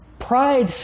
Pride